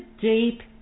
deep